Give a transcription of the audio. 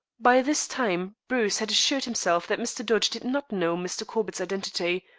by this time bruce had assured himself that mr. dodge did not know mr. corbett's identity,